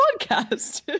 podcast